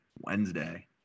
Wednesday